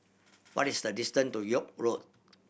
what is the distance to York Road